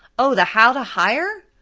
oh, the how to hire,